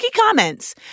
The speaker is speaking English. comments